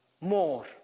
more